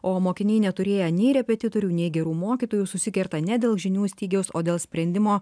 o mokiniai neturėję nei repetitorių nei gerų mokytojų susikerta ne dėl žinių stygiaus o dėl sprendimo